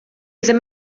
ddim